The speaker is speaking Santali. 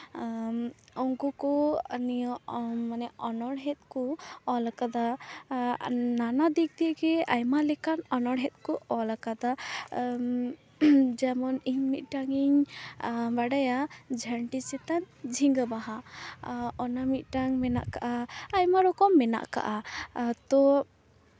ᱩᱱᱠᱩ ᱠᱚ ᱱᱤᱭᱟᱹ ᱢᱟᱱᱮ ᱚᱱᱚᱬᱦᱮ ᱠᱚ ᱚᱞ ᱠᱟᱫᱟ ᱱᱟᱱᱟ ᱫᱤᱠ ᱫᱤᱭᱮ ᱜᱮ ᱟᱭᱢᱟ ᱞᱮᱠᱟᱱ ᱚᱱᱚᱬᱦᱮ ᱠᱚ ᱚᱞ ᱟᱠᱟᱫᱟ ᱡᱮᱢᱚᱱ ᱤᱧ ᱢᱤᱫᱴᱟᱝᱤᱧ ᱵᱟᱰᱟᱭᱟ ᱡᱷᱟᱹᱱᱴᱤ ᱪᱮᱛᱟᱱ ᱡᱷᱤᱸᱜᱟᱹ ᱵᱟᱦᱟ ᱚᱱᱟ ᱢᱤᱫᱴᱟᱝ ᱢᱮᱱᱟᱜ ᱠᱟᱜᱼᱟ ᱟᱭᱢᱟ ᱨᱚᱠᱚᱢ ᱢᱮᱱᱟᱜ ᱠᱟᱜᱼᱟ ᱛᱚ